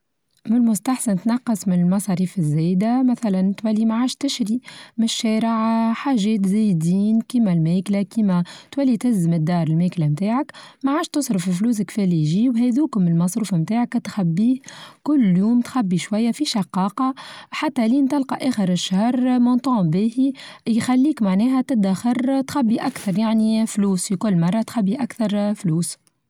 من المستحسن تنقص من المصاريف الزايدة مثلا تولي معاش تشري من الشارع حاچات زايدين كيما الماكلة كيما تولي تهز من الدار الماكلة بتاعك معادش تصرف فلوسك فلي يجي هادوكوم المصروف نتاعك تخبيه كل يوم تخبي شوية في شقاقة حتى لين تلقى آخر الشهر مونتون باهي يخليك معناها تدخر تخبي أكثر يعني فلوس في كل مرة تخبي أكثر فلوس.